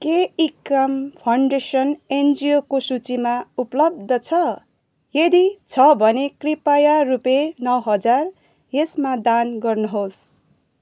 के इक्याम फाउन्डेसन एनजिओको सूचीमा उपलब्ध छ यदि छ भने कृपया रुपियाँ नौ हजार यसमा दान गर्नुहोस्